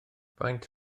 faint